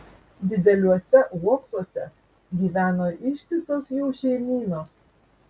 dideliuose uoksuose gyveno ištisos jų šeimynos